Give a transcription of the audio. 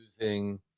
using